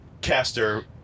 Caster